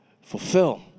fulfill